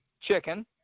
chicken